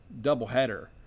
doubleheader